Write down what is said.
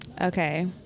Okay